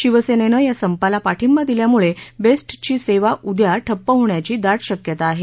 शिवसेनेनं या संपाला पाठिंबा दिल्यामुळे बेस्टची बस सेवाउद्या ठप्प होण्याची दाट शक्यता आहे